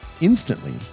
instantly